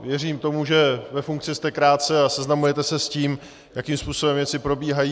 Věřím tomu, že ve funkci jste krátce a seznamujete se s tím, jakým způsobem věci probíhají.